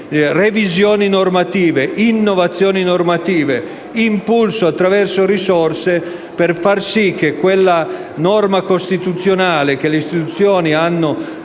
revisioni normative, di innovazioni normative e di impulso attraverso risorse per far sì che quella norma costituzionale, secondo cui le istituzioni hanno